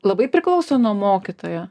labai priklauso nuo mokytojo